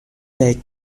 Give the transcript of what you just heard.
lake